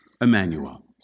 Emmanuel